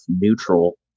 neutral